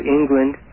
England